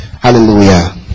Hallelujah